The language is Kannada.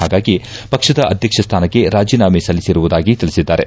ಹಾಗಾಗಿ ಪಕ್ಷದ ಅಧ್ಯಕ್ಷ ಸ್ಮಾನಕ್ಕೆ ರಾಜೀನಾಮಿ ಸಲ್ಲಿಸಿರುವುದಾಗಿ ತಿಳಿಸಿದ್ದಾರೆ